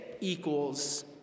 equals